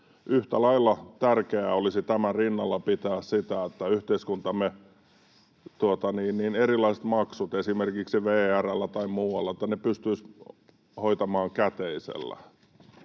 Yhtä lailla tärkeää olisi tämän rinnalla pitää sitä, että yhteiskuntamme erilaiset maksut esimerkiksi VR:llä tai muualla pystyisi hoitamaan käteisellä.